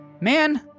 Man